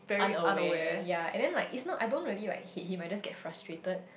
unaware ya and then like it's not I don't really like hate him I just get frustrated